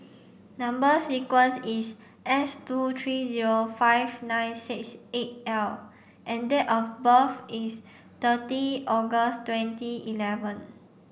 number sequence is S two three zero five nine six eight L and date of birth is thirty August twenty eleven